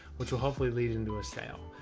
which will hopefully lead into a sale.